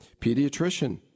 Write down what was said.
pediatrician